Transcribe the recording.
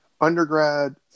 undergrad